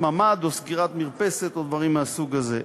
ממ"ד או סגירת מרפסת או דברים מהסוג הזה.